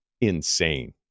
Insane